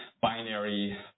binary